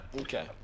Okay